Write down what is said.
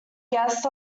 guest